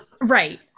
Right